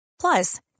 Plus